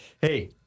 Hey